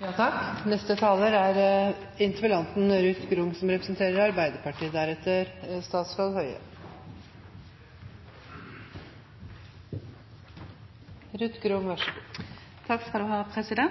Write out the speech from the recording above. Takk til statsråden. Jeg tolket ham veldig positivt, for det er